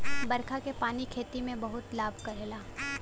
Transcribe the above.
बरखा के पानी खेती में बहुते लाभ करेला